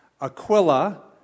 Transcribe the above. Aquila